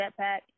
Jetpack